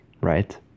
right